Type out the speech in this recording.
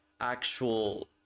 actual